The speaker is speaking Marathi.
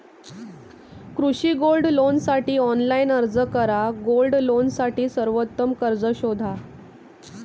कृषी गोल्ड लोनसाठी ऑनलाइन अर्ज करा गोल्ड लोनसाठी सर्वोत्तम कर्ज शोधा